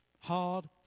Hard